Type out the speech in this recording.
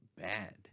bad